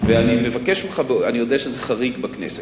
ואני מבקש ממך, אני יודע שזה חריג בכנסת,